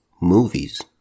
movies